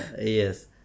Yes